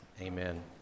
Amen